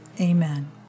Amen